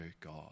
God